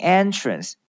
entrance 。